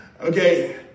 Okay